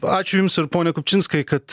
ačiū jums ir pone kupčinskai kad